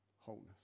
wholeness